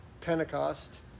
pentecost